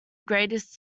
greatest